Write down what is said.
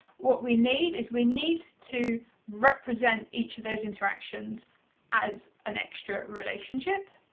what we need is we need to represent each of those interactions as an extra relationship.